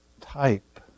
type